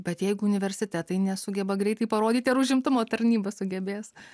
bet jeigu universitetai nesugeba greitai parodyti ar užimtumo tarnyba sugebės